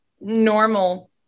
normal